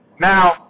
Now